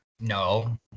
No